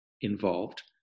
involved